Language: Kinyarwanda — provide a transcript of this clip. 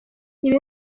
ibi